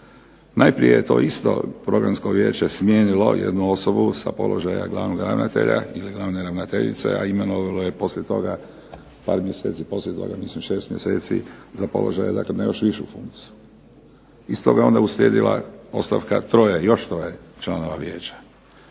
Najprije je to isto Programsko vijeće smijenilo jednu osobu sa položaja glavnog ravnatelja ili glavne ravnateljice, a imenovalo je par mjeseci poslije toga, mislim 6 mjeseci za položaj, dakle na još višu funkciju. I stoga onda je uslijedila ostavka još troje članova Vijeća.